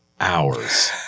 hours